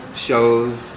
shows